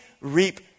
reap